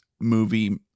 movie